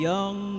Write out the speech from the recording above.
Young